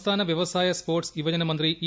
സംസ്ഥാന വ്യവസായ സ്പോട്സ് യുവജന മന്ത്രി ഇ